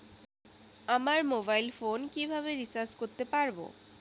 আমার mobile phone কিভাবে recharge করতে পারব?